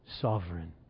sovereign